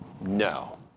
no